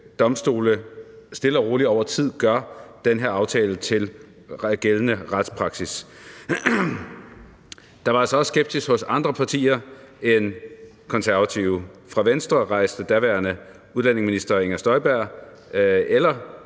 domstole stille og roligt over tid gør den her aftale til gældende retspraksis. Der var altså også skepsis hos andre partier end Konservative. Fra Venstre rejste hverken daværende udlændingeminister Inger Støjberg eller